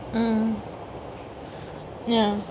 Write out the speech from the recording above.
mm ya